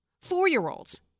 four-year-olds